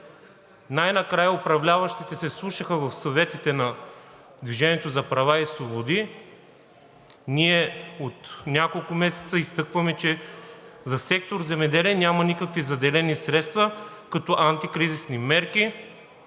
Най-накрая управляващите се вслушаха в съветите на „Движение за права и свободи”. Ние от няколко месеца изтъкваме, че за сектор „Земеделие“ няма никакви заделени средства като антикризисни мерки